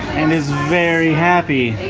and is very happy!